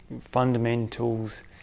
fundamentals